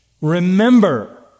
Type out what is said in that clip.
Remember